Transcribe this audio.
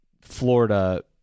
Florida